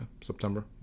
September